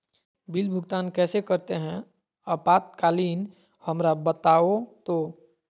Bill भुगतान कैसे करते हैं आपातकालीन हमरा बताओ तो?